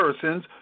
persons